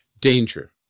danger